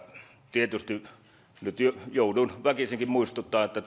tietysti nyt joudun väkisinkin muistuttamaan että